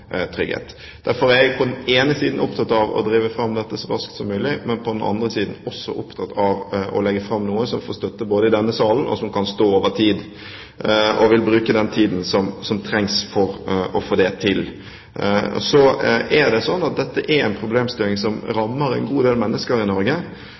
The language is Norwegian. trygghet. Derfor er jeg på den ene siden opptatt av å drive fram dette så raskt som mulig, men på den andre siden er jeg også opptatt av å legge fram noe som både får støtte i denne salen, og som kan stå over tid. Og jeg vil bruke den tiden som trengs for å få det til. Dette er en problemstilling som rammer en